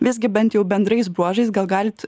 visgi bent jau bendrais bruožais gal galit